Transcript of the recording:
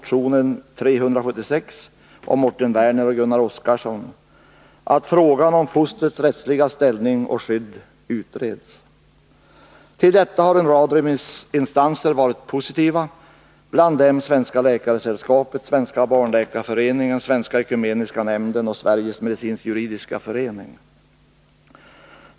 Till detta har en rad remissinstanser varit positiva, bland dem Svenska läkaresällskapet, Svenska barnläkarföreningen, Svenska ekumeniska nämnden och Sveriges medicinsk-juridiska förening.